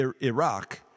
Iraq